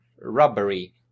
rubbery